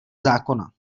zákonů